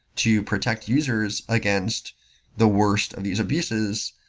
to protect users against the worst of these abuses.